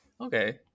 Okay